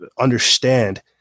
understand